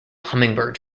hummingbird